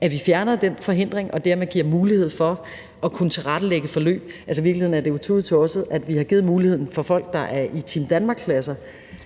at vi fjerner den hindring og dermed giver mulighed for, at der kan tilrettelægges forløb. I virkeligheden er det jo tudetosset, at vi har givet muligheden til folk, der er i Team Danmark-klasser,